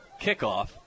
kickoff